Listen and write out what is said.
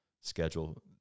schedule